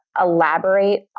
elaborate